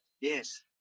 Yes